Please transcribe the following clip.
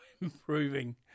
improving